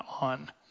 on